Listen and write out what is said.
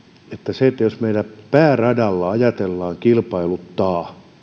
se että meillä pääradalla ajatellaan kilpailuttaa